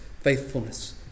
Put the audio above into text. faithfulness